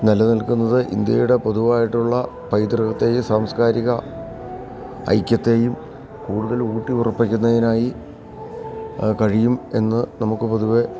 നിലനിൽക്കുന്നത് ഇന്ത്യയുടെ പൊതുവായിട്ടുള്ള പൈതൃകത്തെയും സാംസ്കാരിക ഐക്യത്തെയും കൂടുതൽ ഊട്ടിയുറപ്പിക്കുന്നതിനായി കഴിയുമെന്ന് നമുക്ക് പൊതുവേ